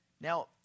Now